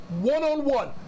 one-on-one